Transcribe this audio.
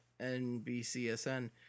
NBCSN